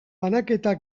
banaketa